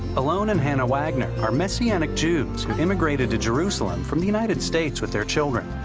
alon and hanna wagner are messianic jews who immigrated to jerusalem from the united states with their children.